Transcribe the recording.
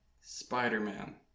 Spider-Man